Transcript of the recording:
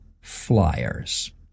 flyers